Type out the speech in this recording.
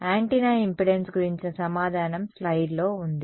antenna impedance గురించిన సమాధానం స్లయిడ్లో ఉంది